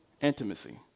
intimacy